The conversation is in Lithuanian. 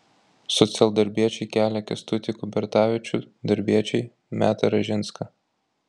socialdarbiečiai kelia kęstutį kubertavičių darbiečiai metą ražinską